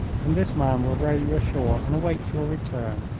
and this man will row you ashore and await your return.